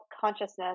Consciousness